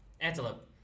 Antelope